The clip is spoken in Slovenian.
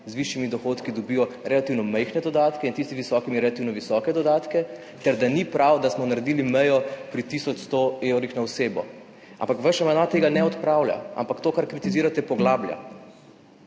z višjimi dohodki dobijo relativno majhne dodatke in tisti z nizkimi relativno visoke dodatke, ter da ni prav, da smo naredili mejo pri tisoč 100 evrih na osebo. Ampak vaš amandma tega ne odpravlja, ampak to, kar kritizirate, poglablja.